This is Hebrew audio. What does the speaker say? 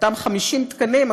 אותם 50 תקנים,